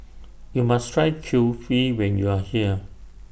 YOU must Try Kulfi when YOU Are here